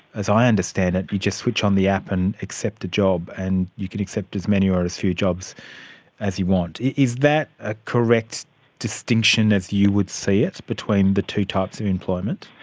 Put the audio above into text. as i understand it, you just switch on the app and accept a job and you can accept as many or as few jobs as you want. is that a correct distinction as you would see it between the two types of employment?